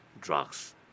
drugs